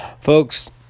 Folks